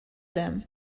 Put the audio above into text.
them